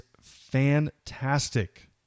fantastic